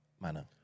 manner